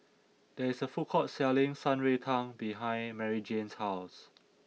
there is a food court selling Shan Rui Tang behind Maryjane's house